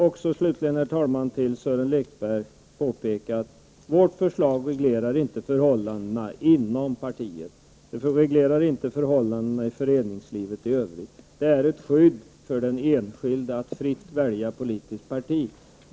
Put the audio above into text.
Jag vill slutligen för Sören Lekberg påpeka att vårt förslag inte reglerar förhållandena inom partier, och inte förhållandena i föreningslivet i övrigt. Förslaget innebär ett skydd för den enskilde att fritt välja politiskt parti.